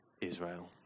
Israel